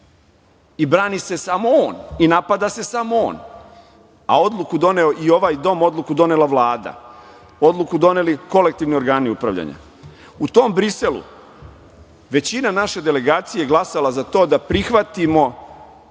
i brani se samo on i napada se samo on, a odluku doneo i ovaj dom, odluku donela Vlada, odluku doneli kolektivni organi upravljanja.U tom Briselu većina naše delegacije je glasala za to da prihvatimo